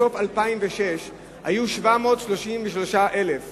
בסוף 2006 היו בירושלים 733,000 תושבים.